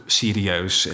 serieus